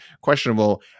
questionable